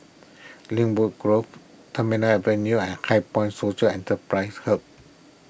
Lynwood Grove Terminal Avenue and HighPoint Social Enterprise Hub